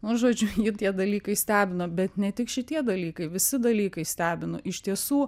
nu žodžiu jį tie dalykai stebino bet ne tik šitie dalykai visi dalykai stebino iš tiesų